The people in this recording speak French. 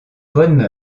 bonnes